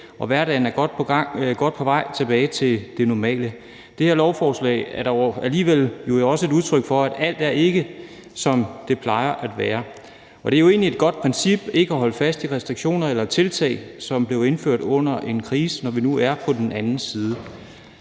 og hverdagen er godt på vej tilbage til det normale. Det her lovforslag er dog alligevel også et udtryk for, at alt ikke er, som det plejer at være. Det er jo egentlig et godt princip ikke at holde fast i restriktioner eller tiltag, som blev indført under en krise, når vi nu er på den anden side.